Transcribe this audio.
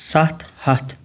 سَتھ ہَتھ